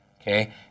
okay